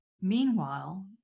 Meanwhile